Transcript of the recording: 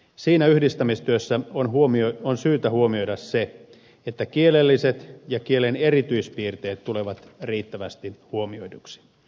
siinä yhdistämistyössä on syytä huomioida se että kielelliset ja kielen erityispiirteet tulevat riittävästi huomioiduksi